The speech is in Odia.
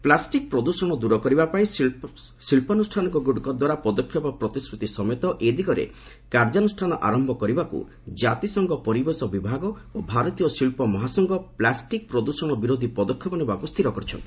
ପ୍ଲାଷ୍ଟିକ୍ ପ୍ରଦୃଷଣ ଦୂର କରିବା ପାଇଁ ଶିଳ୍ପାନୁଷ୍ଠାନଗୁଡ଼ିକ ଦ୍ୱାରା ପଦକ୍ଷେପ ପ୍ରତିଶ୍ରତି ସମେତ ଏ ଦିଗରେ କାର୍ଯ୍ୟାନୁଷ୍ଠାନ ଆରମ୍ଭ କରିବାକୁ ଜାତିସଂଘ ପରିବେଶ ବିଭାଗ ଓ ଭାରତୀୟ ଶିଳ୍ପ ମହାସଂଘ ପ୍ଲାଷ୍ଟିକ୍ ପ୍ରଦୃଷଣ ବିରୋଧି ପଦକ୍ଷେପ ନେବାକୁ ସ୍ଥିର କରିଚ୍ଛନ୍ତି